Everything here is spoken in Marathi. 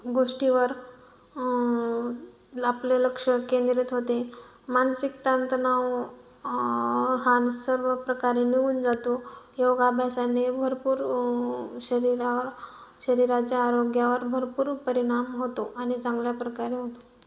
गोष्टीवर आपले लक्ष केंद्रित होते मानसिक ताणतणाव हा सर्व प्रकारे निऊून जातो योगा अभ्यासाने भरपूर शरीरावर शरीराच्या आरोग्यावर भरपूर परिणाम होतो आणि चांगल्या प्रकारे होतो